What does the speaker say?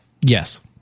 Yes